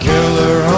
Killer